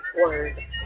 word